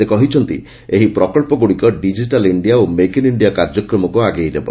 ସେ କହିଛନ୍ତି ଏହି ପ୍ରକଳ୍ପଗ୍ରଡ଼ିକ ଡିଜିଟାଲ୍ ଇଣ୍ଡିଆ ଓ ମେକ୍ ଇନ୍ ଇଣ୍ଡିଆ କାର୍ଯ୍ୟକ୍ରମକୁ ଆଗେଇ ନେବ